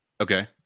Okay